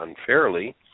unfairly